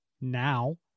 now